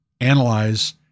analyze